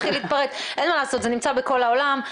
זה נמצא בכל העולם,